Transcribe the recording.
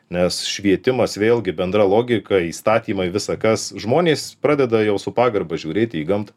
nes švietimas vėlgi bendra logika įstatymai visa kas žmonės pradeda jau su pagarba žiūrėti į gamtą